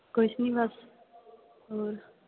ਕੁਛ ਨਹੀਂ ਬਸ ਹੋਰ